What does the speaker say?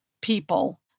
people